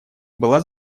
была